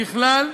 ככלל,